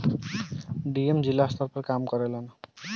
DM जिला स्तर पर काम करेलन